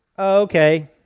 okay